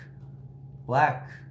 Black